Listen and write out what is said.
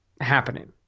happening